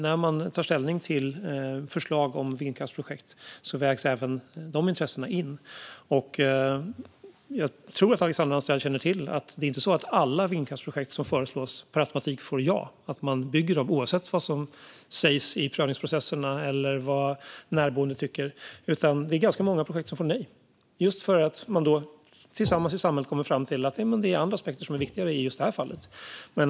När man tar ställning till förslag om vindkraftsprojekt vägs även de intressena in. Jag tror att Alexandra Anstrell känner till att det inte är alla vindkraftsprojekt som föreslås som per automatik får ja. Det är inte så att man bygger dem oavsett vad som sägs i prövningsprocesserna och vad närboende tycker, utan det är ganska många projekt som får nej. Det är just för att man tillsammans i samhället kommer fram till att det är andra aspekter som är viktigare i just det fallet.